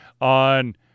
on